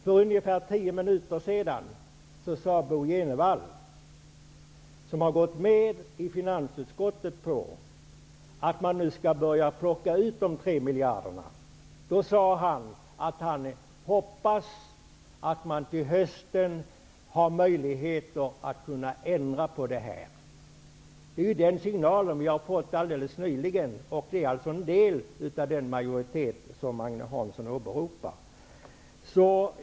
För ungefär tio minuter sedan sade Bo G Jenevall -- som i finansutskottet har gått med på att man nu skall börja plocka dessa tre miljarder -- att han hoppas att man till hösten har möjligheter att kunna ändra på det här. Den signalen fick vi alldeles nyligen från en del av den majoritet som Agne Hansson åberopar.